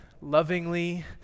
lovingly